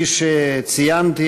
כפי שציינתי,